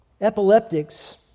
Epileptics